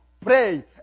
pray